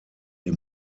die